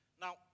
Now